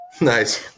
Nice